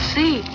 see